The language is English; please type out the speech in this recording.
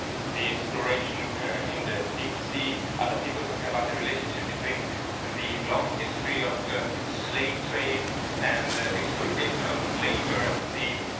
the exploration in the deep sea. other people talking about the relationship between the long history of slave trade and exploitation of labor at sea,